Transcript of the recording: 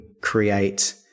create